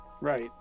right